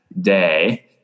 day